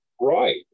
Right